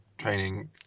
training